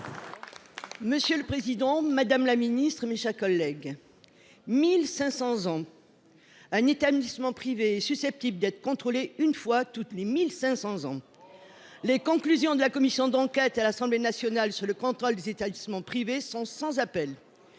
Monsieur le président, madame la ministre de l’éducation nationale, mes chers collègues, 1 500 ans : un établissement privé est susceptible d’être contrôlé une fois tous les 1 500 ans ! Oh, ça va ! Les conclusions de la commission d’enquête de l’Assemblée nationale sur le contrôle des établissements privés sont sans appel.